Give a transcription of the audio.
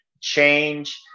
change